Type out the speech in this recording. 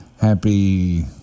Happy